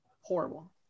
Horrible